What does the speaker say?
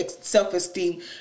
self-esteem